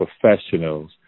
professionals